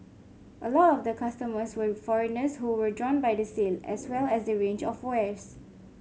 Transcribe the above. a lot of the customers were foreigners who were drawn by the sale as well as the range of wares